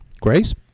Grace